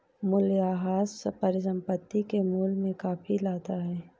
मूलयह्रास परिसंपत्ति के मूल्य में कमी लाता है